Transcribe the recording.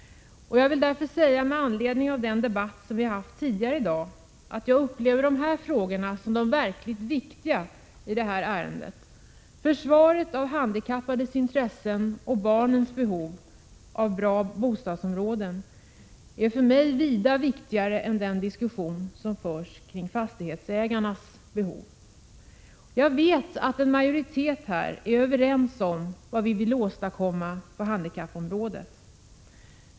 Med anledning av den debatt som förts tidigare i dag, vill jag säga att jag upplever dessa frågor som de verkligt viktiga i detta ärende. Försvaret av de handikappades intressen och barnens behov av bra bostadsområden är för mig vida viktigare än den diskussion som har förts om fastighetsägarnas behov. Jag vet att majoriteten här är överens om vad som bör åstadkommas på handikappområdet.